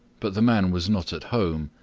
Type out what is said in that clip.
but the man was not at home.